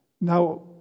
Now